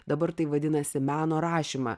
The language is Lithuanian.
dabar tai vadinasi meno rašymą